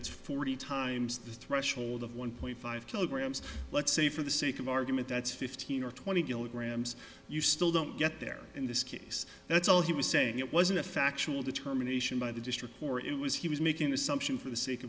it's forty times the threshold of one point five kilograms let's say for the sake of argument that's fifteen or twenty kilograms you still don't get there in this case that's all he was saying it wasn't a factual determination by the district or it was he was making an assumption for the sake